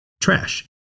trash